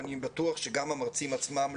ואני בטוח שגם המרצים עצמם,